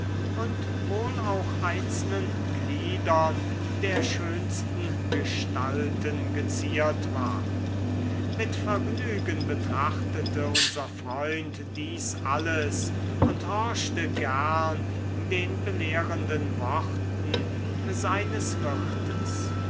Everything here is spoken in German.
und wohl auch einzelnen gliedern der schönsten gestalten geziert war mit vergnügen betrachtete unser freund dies alles und horchte gern den belehrenden worten seines wirtes